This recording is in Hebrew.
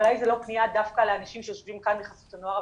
אולי זה לא פנייה דווקא לאנשים שיושבים כאן מחסות הנוער,